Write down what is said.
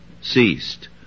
ceased